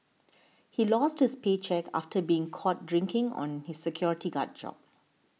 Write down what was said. he lost his paycheck after being caught drinking on his security guard job